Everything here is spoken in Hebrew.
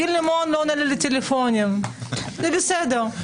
גיל לימון לא עונה לי לטלפונים, זה בסדר.